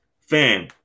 fam